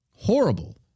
Horrible